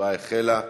ההצבעה החלה.